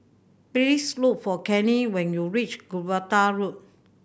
please look for Kenny when you reach Gibraltar Road